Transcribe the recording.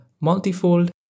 multifold